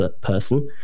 person